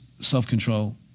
self-control